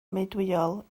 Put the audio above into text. meudwyol